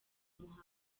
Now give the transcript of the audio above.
muhango